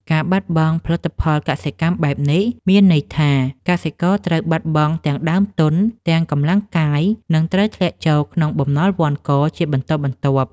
ការបាត់បង់ផលិតផលកសិកម្មបែបនេះ មានន័យថាកសិករត្រូវបាត់បង់ទាំងដើមទុន ទាំងកម្លាំងកាយ និងត្រូវធ្លាក់ចូលក្នុងបំណុលវណ្ឌកជាបន្តបន្ទាប់។